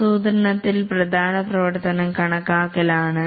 ആസൂത്രണത്തിൽ പ്രധാന പ്രവർത്തനം കണക്കാക്കൽ ആണ്